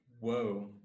Whoa